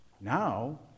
Now